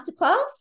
masterclass